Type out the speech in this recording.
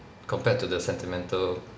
compared to the sentimental